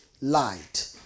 Light